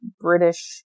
British